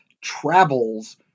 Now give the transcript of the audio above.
TRAVELS